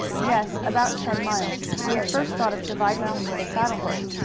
yes, about ten miles. we at first thought of providing him with a saddle-horse,